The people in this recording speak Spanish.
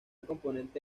componente